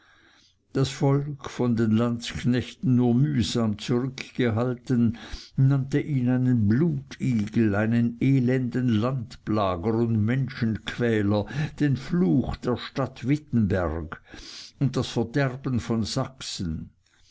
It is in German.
das volk von den landsknechten nur mühsam zurückgehalten nannte ihn einen blutigel einen elenden landplager und menschenquäler den fluch der stadt wittenberg und das verderben von sachsen